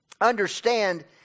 Understand